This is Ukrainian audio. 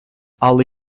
але